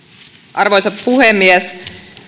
arvoisa puhemies